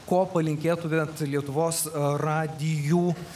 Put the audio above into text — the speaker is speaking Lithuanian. ko palinkėtumėt lietuvos radijų